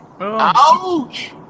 Ouch